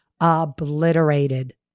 obliterated